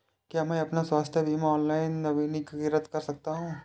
क्या मैं अपना स्वास्थ्य बीमा ऑनलाइन नवीनीकृत कर सकता हूँ?